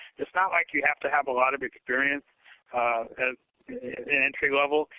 it's not like you have to have a lot of experience at an entry level.